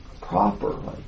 properly